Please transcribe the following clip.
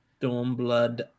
Stormblood